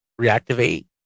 reactivate